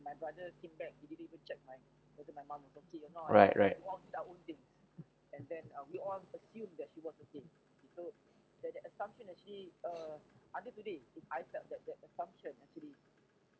right right